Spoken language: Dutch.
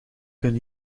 kan